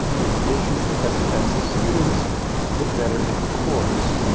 in addition, prof. ecks's students did better in the course.